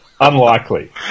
Unlikely